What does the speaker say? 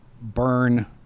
burn